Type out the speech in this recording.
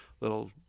little